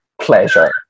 pleasure